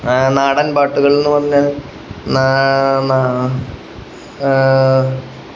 നാടൻ പാട്ടുകൾ എന്നു പറഞ്ഞാൽ